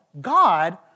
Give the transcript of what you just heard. God